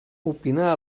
opinar